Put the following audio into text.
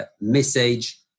message